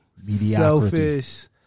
Selfish